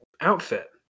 outfit